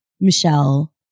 michelle